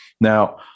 Now